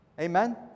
Amen